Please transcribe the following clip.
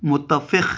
متفق